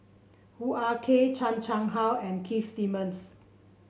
Hoo Ah Kay Chan Chang How and Keith Simmons